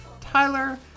Tyler